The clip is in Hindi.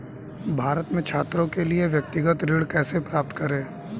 भारत में छात्रों के लिए व्यक्तिगत ऋण कैसे प्राप्त करें?